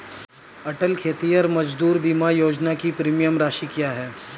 अटल खेतिहर मजदूर बीमा योजना की प्रीमियम राशि क्या है?